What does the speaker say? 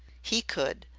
he could,